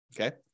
okay